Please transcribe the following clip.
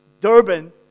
Durban